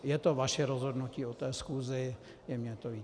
Je to vaše rozhodnutí o té schůzi, je mně to líto.